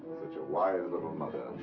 such a wise little mother.